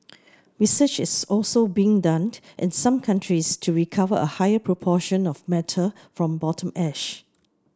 research is also being done in some countries to recover a higher proportion of metal from bottom ash